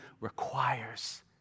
requires